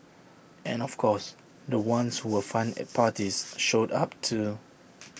and of course the ones who were fun at parties showed up too